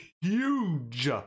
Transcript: Huge